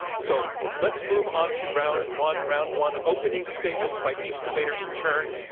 so, let's move on to round one. round one, opening statements by each debater in turn.